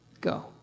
go